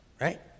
right